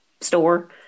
store